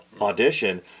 audition